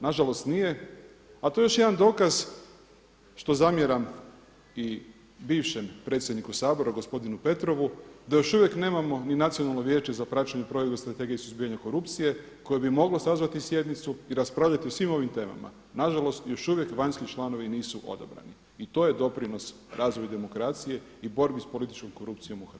Na žalost nije, a to je još jedan dokaz što zamjeram i bivšem predsjedniku Sabora gospodinu Petrovu da još uvijek nemamo ni Nacionalno vijeće za praćenje provedbe Strategije suzbijanja korupcije koje bi moglo sazvati sjednicu i raspravljati o svim ovim temama, nažalost još uvijek vanjski članovi nisu odabrani i to je doprinos razvoju demokracije i borbi s političkom korupcijom u Hrvatskoj.